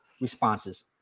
responses